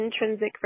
intrinsic